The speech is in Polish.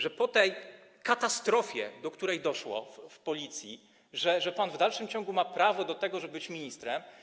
Że po tej katastrofie, do której doszło w Policji, w dalszym ciągu ma pan prawo do tego, żeby być ministrem?